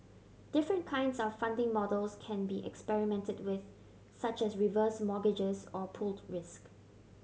different kinds of funding models can be experimented with such as reverse mortgages or pooled risk